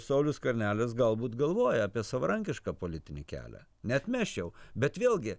saulius skvernelis galbūt galvoja apie savarankišką politinį kelią neatmesčiau bet vėlgi